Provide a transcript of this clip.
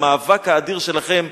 למאבק האדיר שלכם.